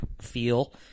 feel